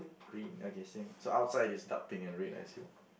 green okay same so outside it is dark pink and red I assume